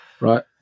right